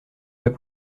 pas